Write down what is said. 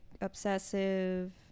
obsessive